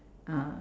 uh